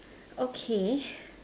okay